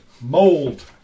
Mold